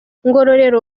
ngororero